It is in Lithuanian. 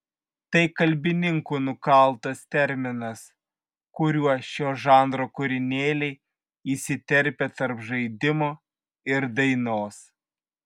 tai kalbininkų nukaltas terminas kuriuo šio žanro kūrinėliai įsiterpia tarp žaidimo ir dainos